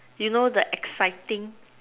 you know the exciting